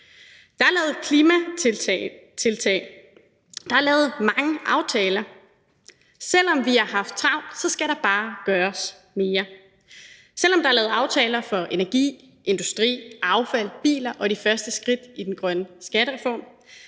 Der er lavet klimatiltag; der er lavet mange aftaler. Og selv om vi har haft travlt, skal der bare gøres mere, også selv om der er lavet aftaler for energi, industri, affald, biler og taget det første skridt i den grønne skattereform,